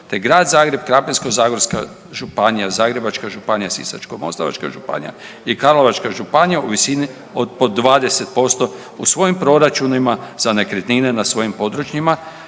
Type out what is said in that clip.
te Grad Zagreb, Krapinsko-zagorska županije, Zagrebačka županija, Sisačko-moslavačka županija i Karlovačka županija u visini od po 21% u svojim proračunima za nekretnine na svojim područjima.